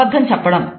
అబద్ధం చెప్పడం